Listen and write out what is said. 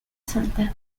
soltar